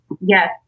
yes